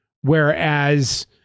Whereas